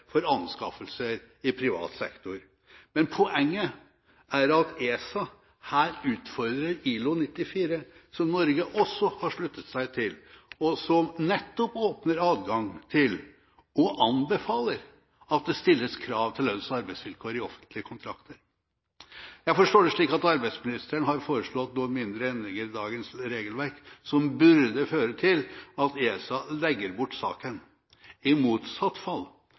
for anskaffelser i privat sektor. Men poenget er at ESA her utfordrer ILO 94, som Norge også har sluttet seg til, og som nettopp åpner adgang til og anbefaler at det stilles krav til lønns- og arbeidsvilkår i offentlige kontrakter. Jeg forstår det slik at arbeidsministeren har foreslått noen mindre endringer i dagens regelverk, som burde føre til at ESA legger bort saken. I motsatt fall